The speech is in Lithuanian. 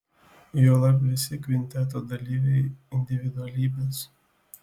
juolab visi kvinteto dalyviai individualybės